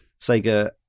sega